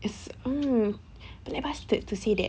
it's um but like bastard to say that